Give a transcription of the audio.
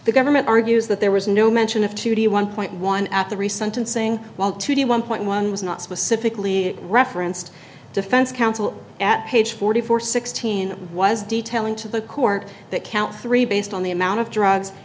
the government argues that there was no mention of two to one point one at the recent and saying well to the one point one was not specifically referenced defense counsel at page forty four sixteen was detailing to the court that count three based on the amount of drugs